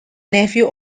nephew